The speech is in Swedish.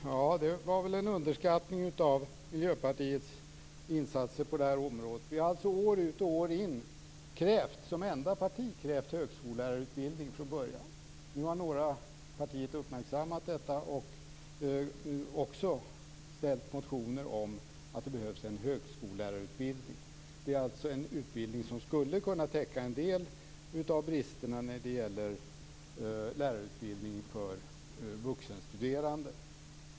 Fru talman! Det var väl en underskattning av Miljöpartiets insatser på det här området. År ut och år in har vi som enda parti krävt högskolelärarutbildning från början. Nu har några partier uppmärksammat detta och också lagt fram motioner om att det behövs en högskolelärarutbildning. Det är alltså en utbildning som skulle kunna täcka en del av bristerna när det gäller lärarutbildning för vuxenstuderande.